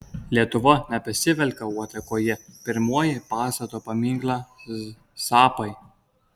lietuva nebesivelka uodegoje pirmoji pastato paminklą zappai